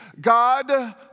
God